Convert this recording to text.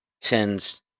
tends